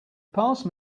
passed